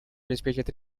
обеспечат